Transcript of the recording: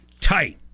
tight